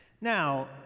Now